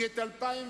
כי את 2010,